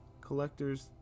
collector's